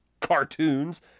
cartoons